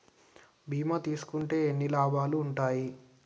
బీమా తీసుకుంటే ఎన్ని లాభాలు ఉన్నాయి?